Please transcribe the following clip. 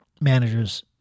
managers